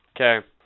Okay